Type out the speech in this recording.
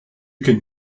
can